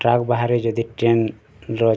track ବାହାରେ ଯଦି ଟ୍ରେନ୍ର